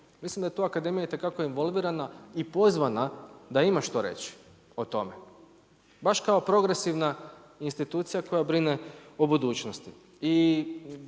Mislim da je tu akademija itekako involvirana i pozvana da ima što reći o tome baš kao progresivna institucija koja brine o budućnosti.